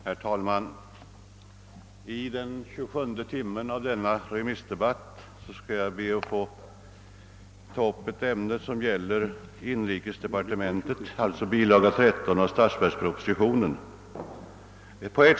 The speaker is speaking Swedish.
Herr talman! I den tjugosjunde timmen av denna remissdebatt skall jag be att få ta upp ett ämne inom inrikesdepartementets område, bilaga 13 av statsverkspropositionen.